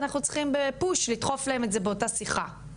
אנחנו צריכים בפוש לדחוף להם את זה באותה שיחה,